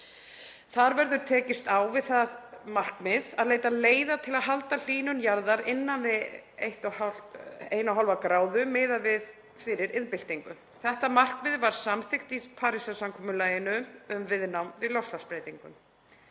Þar verður tekist á við það markmið að leita leiða til að halda hlýnun jarðar innan við 1,5°C miðað við fyrir iðnbyltingu. Þetta markmið var samþykkt í Parísarsamkomulaginu um viðnám við loftslagsbreytingum.